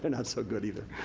and not so good either.